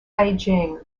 beijing